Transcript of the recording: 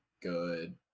good